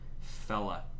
fella